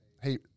hey